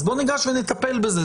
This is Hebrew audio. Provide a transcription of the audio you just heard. אז בוא ניגש ונטפל בזה.